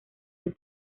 del